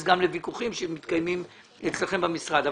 גם לוויכוחים שמתקיימים אצלכם במשרד.